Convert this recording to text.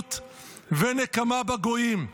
חילוניות ונקמה בגויים.